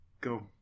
Go